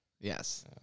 Yes